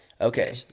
Okay